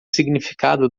significado